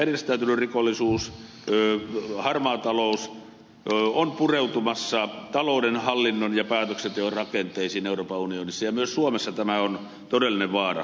järjestäytynyt rikollisuus harmaa talous on pureutumassa talouden hallinnon ja päätöksenteon rakenteisiin euroopan unionissa ja myös suomessa tämä on todellinen vaara